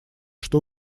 что